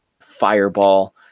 fireball